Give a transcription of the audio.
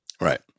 Right